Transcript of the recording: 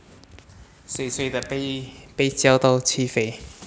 所以所以才被被叫到去飞